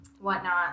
whatnot